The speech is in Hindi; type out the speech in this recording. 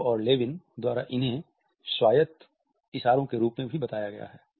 रो और लेविन द्वारा इन्हें स्वायत्त इशारों के रूप में भी बताया गया है